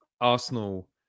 Arsenal